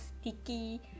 sticky